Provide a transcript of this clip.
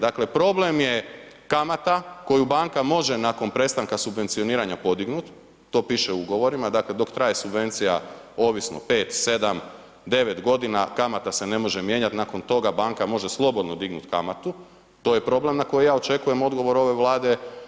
Dakle problem je kamata koju banka može nakon prestanka subvencioniranja podignuti, to piše u ugovorima, dakle dok traje subvencija, ovisno 5, 7, 9 godina kamata se ne može mijenjati, nakon toga banka može slobodno dignuti kamatu, to je problem na koji ja očekujem odgovor ove Vlade.